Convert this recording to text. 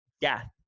death